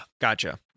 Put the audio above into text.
Gotcha